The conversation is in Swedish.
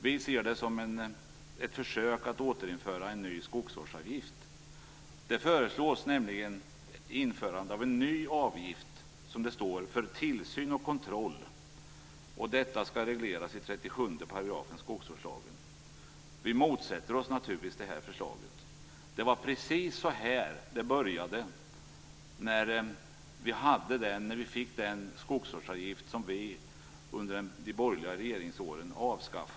Vi ser det som ett försök att införa en ny skogsvårdsavgift. Man föreslår nämligen att en ny avgift skall införas för, som det står, tillsyn och kontroll. Detta skall regleras i 37 § skogsvårdslagen. Vi motsätter oss självfallet det här förslaget. Det började på precis samma sätt när vi fick den skogsvårdsavgift som sedan avskaffades under de borgerliga regeringsåren.